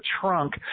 trunk